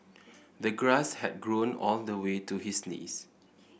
the grass had grown all the way to his knees